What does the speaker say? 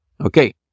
Okay